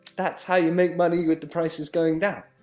that's how you make money with the prices going down,